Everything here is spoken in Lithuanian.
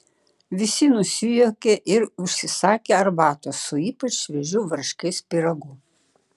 visi nusijuokė ir užsisakė arbatos su ypač šviežiu varškės pyragu